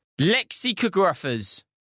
lexicographers